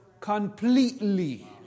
completely